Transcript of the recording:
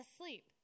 asleep